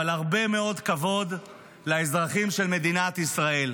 אבל הרבה מאוד כבוד לאזרחים של מדינת ישראל.